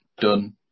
done